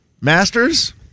Masters